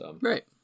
Right